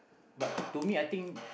but to me I think